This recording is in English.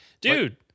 Dude